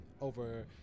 over